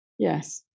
yes